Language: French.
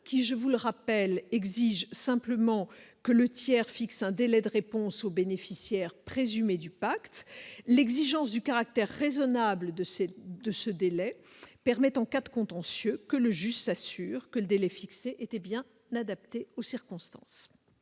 qui je vous le rappelle, exige simplement que le tiers fixe un délai de réponse aux bénéficiaires présumés du pacte l'exigence du caractère raisonnable de cette, de ce délai permet en cas de contentieux que le juge s'assure que le délai fixé était bien n'adapté aux circonstances.